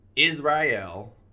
Israel